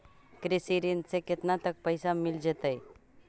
कृषि ऋण से केतना तक पैसा मिल जइतै?